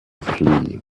flee